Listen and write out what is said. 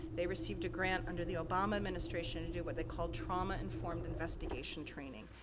they received a grant under the obama administration to do what they call trauma informed investigation training,